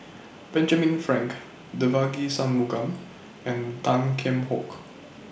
Benjamin Frank Devagi Sanmugam and Tan Kheam Hock